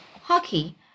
Hockey